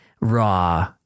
raw